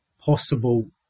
possible